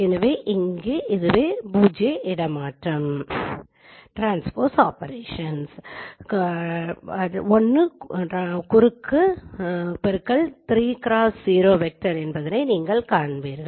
எனவே இங்கே 0 இடமாற்றம் 1 குறுக்கு 3x0 வெக்டர் என்பதை நீங்கள் காண்பீர்கள்